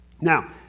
Now